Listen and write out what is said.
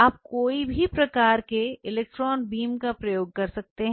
आप कोई भी प्रकार की इलेक्ट्रॉन बीम का प्रयोग कर सकते हैं